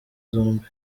zombi